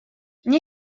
nie